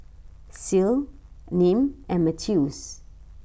Ceil Nim and Mathews